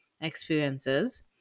experiences